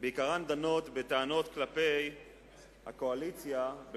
בעיקרן דנות בטענות כלפי הקואליציה על